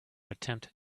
attempt